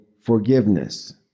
forgiveness